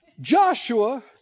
Joshua